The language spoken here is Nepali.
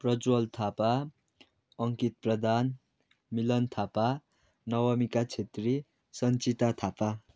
प्रज्जवल थापा अङ्कित प्रधान मिलन थापा नवमिका छेत्री सन्चिता थापा